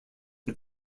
but